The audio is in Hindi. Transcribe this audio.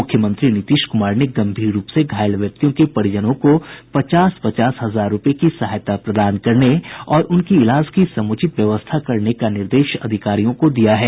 मुख्यमंत्री नीतीश कुमार ने गंभीर रूप से घायल व्यक्तियों के परिजनों को पचास पचास हजार रूपये की सहायता प्रदान करने और उनकी इलाज की समूचित व्यवस्था करने का निर्देश अधिकारियों को दिया है